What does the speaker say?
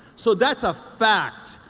so that's a fact!